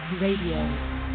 Radio